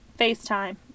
FaceTime